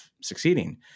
succeeding